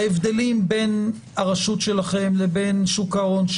ההבדלים בין הרשות שלכם לשוק ההון,